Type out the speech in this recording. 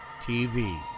TV